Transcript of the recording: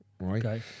right